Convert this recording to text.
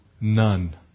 None